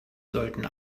sollten